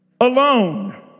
alone